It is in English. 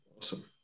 awesome